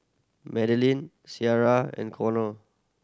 Madelynn Ciarra and Conner